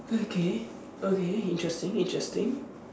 okay okay interesting interesting